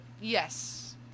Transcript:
Yes